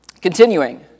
Continuing